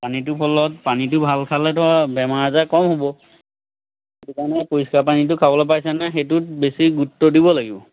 পানীটোৰফলত পানীটো ভাল খালেটো আৰু বেমাৰ আজাৰ কম হ'ব সেইটো কাৰণে পৰিষ্কাৰ পানীটো খাবলৈ পাইছেনে নাই সেইটোত বেছি গুৰুত্ব দিব লাগিব